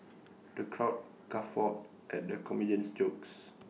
the crowd guffawed at the comedian's jokes